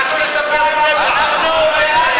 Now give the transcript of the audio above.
אין